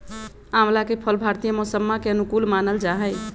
आंवला के फल भारतीय मौसम्मा के अनुकूल मानल जाहई